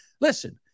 Listen